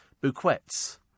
bouquets